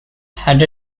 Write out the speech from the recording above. had